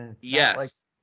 yes